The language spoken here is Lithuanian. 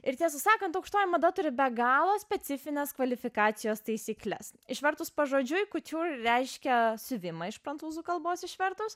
ir tiesą sakant aukštoji mada turi be galo specifines kvalifikacijos taisykles išvertus pažodžiui kutiūr reiškia siuvimą iš prancūzų kalbos išvertus